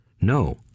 No